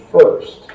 first